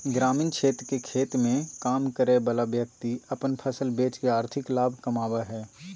ग्रामीण क्षेत्र के खेत मे काम करय वला व्यक्ति अपन फसल बेच के आर्थिक लाभ कमाबय हय